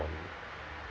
on